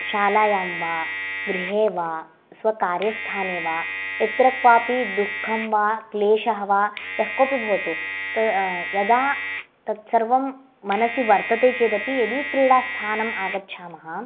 शालायां वा गृहे वा स्वकार्यस्थाने वा यत्र क्वापि दु खं वा क्लेशः वा यः कोपि भवतु तत् यदा तत्सर्वं मनसि वर्तते चेदपि यदि क्रीडास्थानम् आगच्छाम